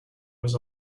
was